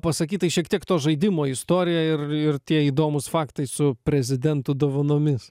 pasakyt tai šiek tiek to žaidimo istorija ir ir tie įdomūs faktai su prezidentu dovanomis